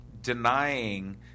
denying